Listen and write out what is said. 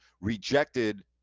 rejected